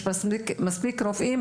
יש מספיק רופאים,